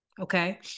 okay